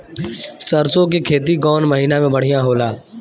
सरसों के खेती कौन महीना में बढ़िया होला?